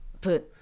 put